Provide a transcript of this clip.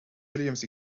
williams